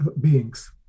beings